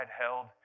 held